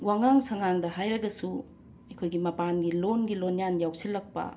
ꯋꯥꯉꯥꯡ ꯁꯉꯥꯡꯗ ꯍꯥꯏꯔꯒꯁꯨ ꯑꯩꯈꯣꯏꯒꯤ ꯃꯄꯥꯟꯒꯤ ꯂꯣꯟꯒꯤ ꯂꯣꯟꯌꯥꯟ ꯌꯥꯎꯁꯤꯜꯂꯛꯄ